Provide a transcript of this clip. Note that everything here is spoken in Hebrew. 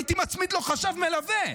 הייתי מצמיד לו חשב מלווה,